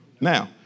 Now